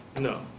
No